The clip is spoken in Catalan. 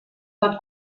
pot